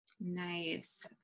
Nice